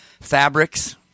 fabrics